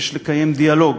יש לקיים דיאלוג